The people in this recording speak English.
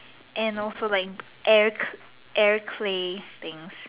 and also like air air clay thing